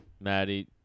Maddie